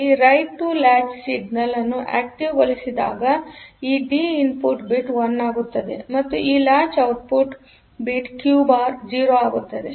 ಈ 'write to latch' signal ಅನ್ನು active ಗೊಳಿಸಿದಾಗ ಈ ಡಿ ಇನ್ಪುಟ್ ಬಿಟ್ 1 ಆಗುತ್ತದೆ ಮತ್ತು ಈ latch output bit Q bar 0 ಆಗುತ್ತದೆ